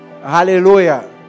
Hallelujah